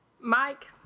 Mike